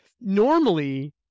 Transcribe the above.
normally